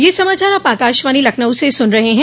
ब्रे क यह समाचार आप आकाशवाणी लखनऊ से सुन रहे हैं